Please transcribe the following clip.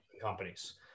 companies